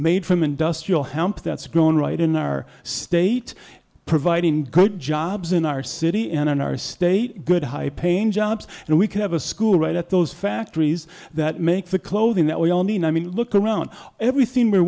made from industrial hemp that's grown right in our state providing good jobs in our city and in our state good high paying jobs and we can have a school right at those factories that make the clothing that we all need i mean look around every